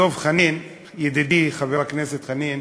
דב חנין, ידידי חבר הכנסת חנין,